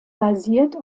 basiert